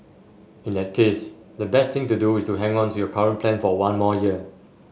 in that case the best thing to do is to hang on to your current plan for one more year